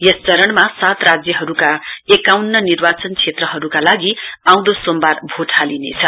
यस चरणमा सात राज्यहरूका एकाउन्न निर्वाचन क्षेत्रहरूका लागि आउँदो सोमबार भोट हालिनेछ